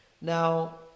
Now